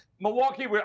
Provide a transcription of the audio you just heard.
Milwaukee